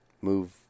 move